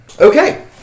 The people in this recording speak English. Okay